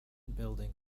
building